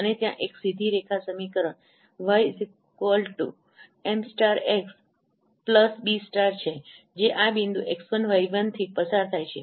અને ત્યાં એક સીધી રેખા સમીકરણ ymxb છે જે આ બિંદુ x 1 y1થી પસાર થાય છે